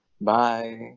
Bye